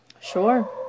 sure